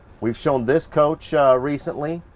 we've shown this coach recently.